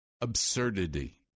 absurdity